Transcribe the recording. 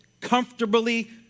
comfortably